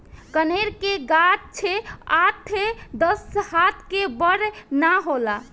कनेर के गाछ आठ दस हाथ से बड़ ना होला